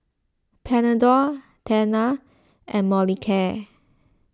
Panadol Tena and Molicare